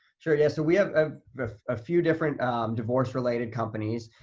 sure. yeah so we have a few different divorce related companies.